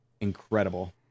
incredible